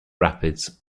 rapids